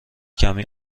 کمی